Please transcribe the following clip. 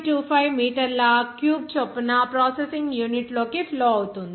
25 మీటర్ల క్యూబ్ చొప్పున ప్రాసెసింగ్ యూనిట్లోకి ఫ్లో అవుతుంది